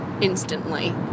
instantly